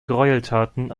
gräueltaten